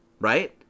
right